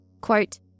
Quote